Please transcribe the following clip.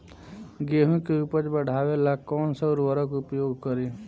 गेहूँ के उपज बढ़ावेला कौन सा उर्वरक उपयोग करीं?